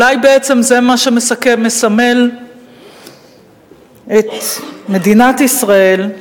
אולי זה מה שבעצם מסמל את מדינת ישראל,